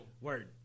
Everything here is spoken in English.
Word